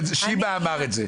שיבא אמר את זה.